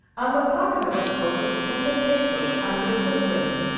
on the pocket of the coat was pinned a paper on which was written,